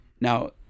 Now